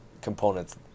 components